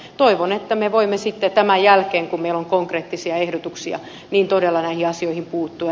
toivon että me voimme sitten tämän jälkeen kun meillä on konkreettisia ehdotuksia todella näihin asioihin puuttua